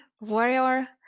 warrior